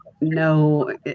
no